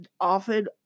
often